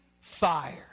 fire